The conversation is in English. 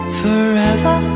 forever